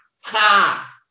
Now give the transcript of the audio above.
Ha